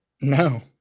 No